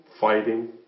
fighting